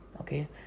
okay